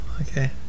okay